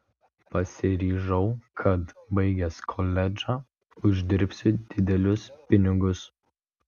pasiryžau kad baigęs koledžą uždirbsiu didelius pinigus